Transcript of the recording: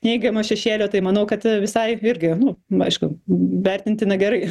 neigiamo šešėlio tai manau kad visai irgi nu aišku vertintina gerai